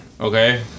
okay